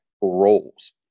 roles